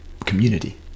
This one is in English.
community